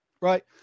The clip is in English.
right